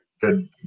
good